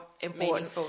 important